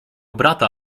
brata